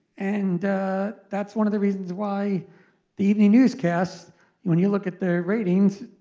and that's one of the reasons why the evening newscast when you look at their ratings,